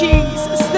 Jesus